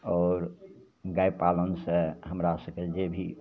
आओर गाइ पालनसे हमरा सभकेँ जे भी